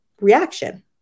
reaction